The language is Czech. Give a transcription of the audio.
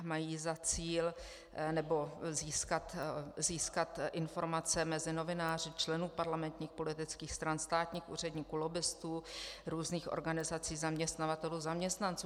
Mají za cíl získat informace mezi novináři, členů parlamentních politických stran, státních úředníků, lobbistů, různých organizací zaměstnavatelů, zaměstnanců.